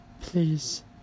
Please